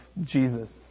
Jesus